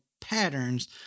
patterns